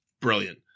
brilliant